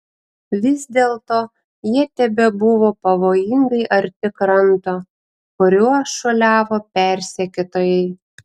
vis dėlto jie tebebuvo pavojingai arti kranto kuriuo šuoliavo persekiotojai